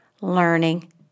learning